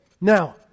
Now